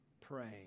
praying